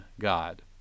God